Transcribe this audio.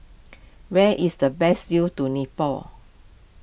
where is the best view to Nepal